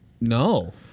No